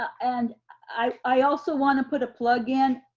and i also wanna put a plug in.